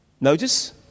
notice